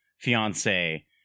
fiance